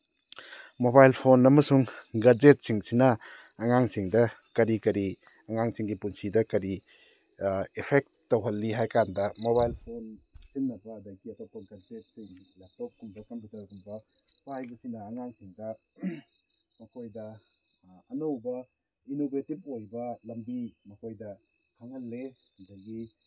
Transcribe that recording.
mobile phone ꯑꯃꯁꯨꯡ ꯒꯦꯖꯦꯠꯁꯤꯡꯁꯤꯅ ꯑꯉꯥꯡꯁꯤꯡꯗ ꯀꯔꯤ ꯀꯔꯤ ꯑꯉꯥꯡꯁꯤꯡꯒꯤ ꯄꯨꯟꯁꯤꯗ ꯀꯔꯤ ꯑꯦꯐꯦꯛ ꯇꯧꯍꯜꯂꯤ ꯍꯥꯏ ꯀꯥꯟꯗ ꯃꯣꯕꯥꯏꯜ ꯐꯣꯟ ꯁꯤꯖꯤꯟꯅꯕ ꯑꯗꯒꯤ ꯑꯇꯣꯞꯄ ꯒꯦꯖꯦꯠ ꯑꯩꯈꯣꯏꯒꯤ ꯂꯦꯞꯇꯣꯞꯀꯨꯝꯕ ꯀꯝꯄꯨꯇꯔꯒꯨꯝꯕ ꯄꯥꯏꯕꯁꯤꯅ ꯑꯉꯥꯡꯁꯤꯡꯗ ꯃꯈꯣꯏꯗ ꯑꯅꯧꯕ ꯏꯅꯣꯚꯦꯇꯤꯞ ꯑꯣꯏꯕ ꯂꯝꯕꯤ ꯃꯈꯣꯏꯗ ꯈꯪꯍꯜꯂꯦ ꯑꯗꯒꯤ